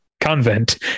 convent